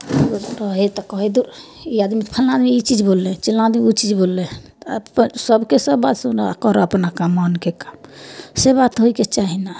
रहै हइ तऽ कहै हइ दुर ई आदमी फल्लाँमे ई चीज बोललै चिल्लाँ आदमी ओ चीज बोललै आब सभके सब बात सुनऽ आओर करऽ अपना काम मोनके काम से बात होइके चाही ने